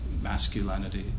masculinity